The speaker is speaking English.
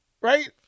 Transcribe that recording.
Right